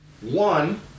one